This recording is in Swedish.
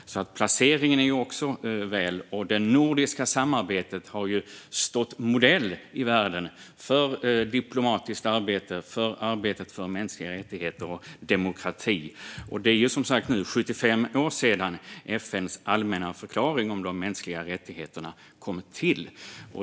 Placeringen är alltså väl vald, och det nordiska samarbetet har ju stått modell i världen för diplomatiskt arbete för mänskliga rättigheter och demokrati. Det är nu som sagt 75 år sedan FN:s allmänna förklaring om de mänskliga rättigheterna kom till.